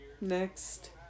next